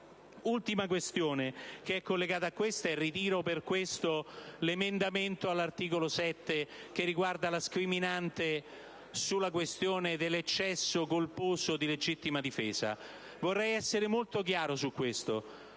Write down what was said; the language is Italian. un'altra questione, che è collegata a questo argomento, e per cui ritiro l'emendamento 7.100 (testo 2), che riguarda la scriminante sulla questione dell'eccesso colposo di legittima difesa. Vorrei essere molto chiaro su questo